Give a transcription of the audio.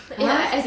!huh!